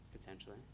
potentially